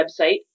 website